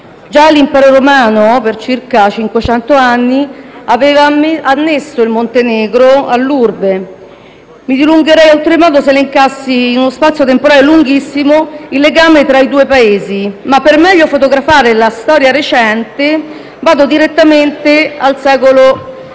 Già l'impero romano, per circa cinquecento anni, aveva annesso il Montenegro all'Urbe. Mi dilungherei oltremodo se elencassi, in uno spazio temporale lunghissimo, il legame fra i due Paesi, ma per meglio fotografare la storia recente vado direttamente al secolo